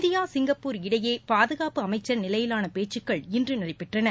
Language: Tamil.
இந்தியா சிங்கப்பூர் இடையே பாதபாப்பு அமைச்சர் நிலையிலான பேச்சுகள் இன்று நடைபெற்றன